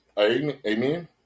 amen